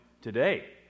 today